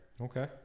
Okay